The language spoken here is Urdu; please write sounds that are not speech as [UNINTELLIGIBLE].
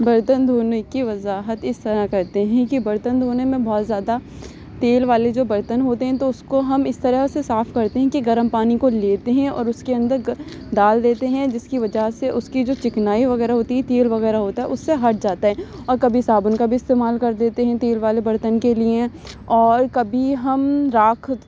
برتن دھونے کی وضاحت اس طرح کرتے ہیں کہ برتن دھونے میں بہت زیادہ تیل والے جو برتن ہوتے ہیں تو اس کو ہم اس طرح سے صاف کرتے ہیں کہ گرم پانی کو لیتے ہیں اور اس کے اندر [UNINTELLIGIBLE] ڈال دیتے ہیں جس کی وجہ سے اس کی جو چکنائی وغیرہ ہوتی ہے تیل وغیرہ ہوتا ہے اس سے ہٹ جاتا ہے اور کبھی صابن کا بھی استعمال کر دیتے ہیں تیل والے برتن کے لیے اور کبی ہم راکھ